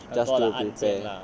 很多的案件 lah